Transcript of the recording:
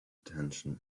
attention